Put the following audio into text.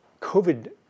COVID